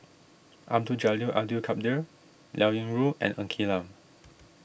Abdul Jalil Abdul Kadir Liao Yingru and Ng Quee Lam